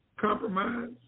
compromise